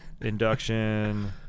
Induction